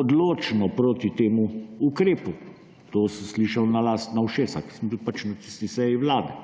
odločno proti temu ukrepu. To sem slišal na lastna ušesa, ker sem bil na tisti seji vlade.